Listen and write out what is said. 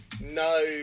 no